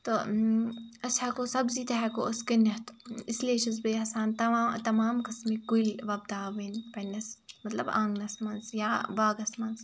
تہٕ أسۍ ہٮ۪کو سبزی تہِ ہٮ۪کو أسۍ کٔنِتھ اِسلیے چھس بہٕ یَژھان تمام تمام قٕسمٕکۍ کُلۍ وۄپداوٕنۍ پنٛنِس مطلب آنٛگنَس منٛز یا باغس منٛز